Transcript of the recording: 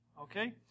Okay